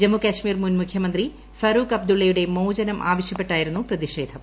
ജമ്മു കാശ്മീർ മുൻ മുഖ്യമന്ത്രി ഫറൂഖ് അബ്ദുള്ളയുടെ മോചനം ആവശ്യപ്പെട്ടായിരുന്നു പ്രതിഷേധം